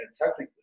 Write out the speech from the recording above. technically